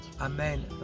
Amen